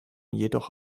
jedoch